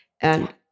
and-